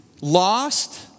lost